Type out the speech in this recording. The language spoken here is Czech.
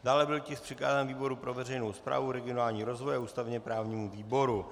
Dále byl tisk přikázán výboru pro veřejnou správu a regionální rozvoj a ústavněprávním výboru.